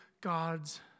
God's